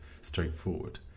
straightforward